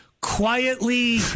quietly